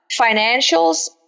financials